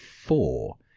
four